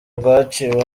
rwaciwe